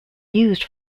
used